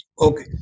Okay